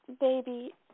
baby